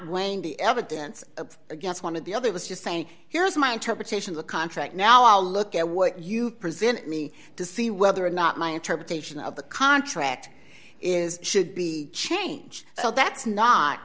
weighing the evidence against one of the other was just saying here's my interpretation of the contract now look at what you present me to see whether or not my interpretation of the contract is should be changed so that's not